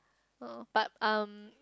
uh but um